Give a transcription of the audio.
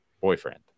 boyfriend